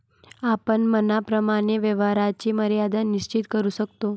आपण मनाप्रमाणे व्यवहाराची मर्यादा निश्चित करू शकतो